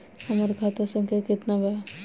हमार खाता संख्या केतना बा?